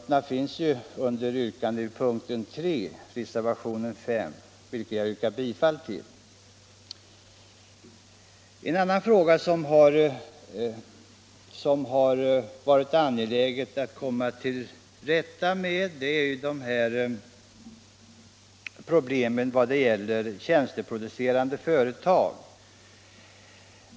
En annan fråga som det har varit angeläget att komma till rätta med gäller tjänsteproducerande företag.